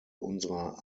unserer